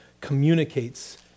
communicates